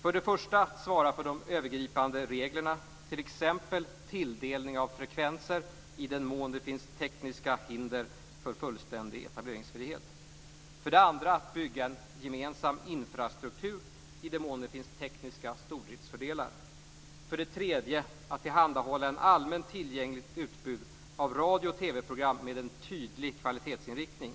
för det första att svara för de övergripande reglerna, t.ex. tilldelning av frekvenser i den mån det finns tekniska hinder för fullständig etableringsfrihet, för det andra att bygga en gemensam infrastruktur i den mån det finns tekniska stordriftsfördelar och för det tredje att tillhandahålla ett allmänt tillgängligt utbud av radio och TV-program med en tydlig kvalitetsinriktning.